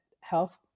health